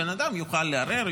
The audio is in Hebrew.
בן אדם יוכל לערער,